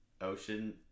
ocean